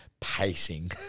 pacing